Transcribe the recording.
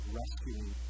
rescuing